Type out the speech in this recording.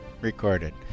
recorded